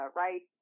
right